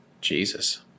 jesus